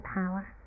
power